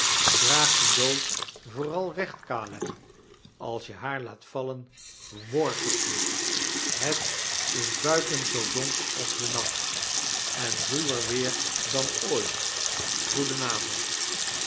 draag die doos vooral recht caleb als je haar laat vallen worg ik je het is buiten zoo donker als de nacht en rawer weer dan ooit